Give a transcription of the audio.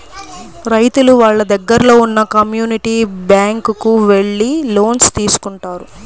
రైతులు వాళ్ళ దగ్గరలో ఉన్న కమ్యూనిటీ బ్యాంక్ కు వెళ్లి లోన్స్ తీసుకుంటారు